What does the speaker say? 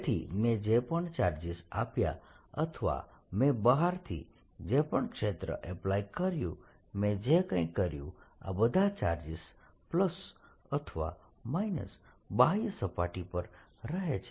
તેથી મેં જે પણ ચાર્જીસ આપ્યા અથવા મેં બહારથી જે પણ ક્ષેત્ર એપ્લાય કર્યું મેં જે કઈ કર્યું બધા ચાર્જીસ " અથવા '' બાહ્ય સપાટી પર રહે છે